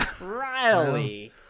Riley